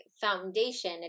foundation